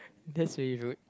that's very rude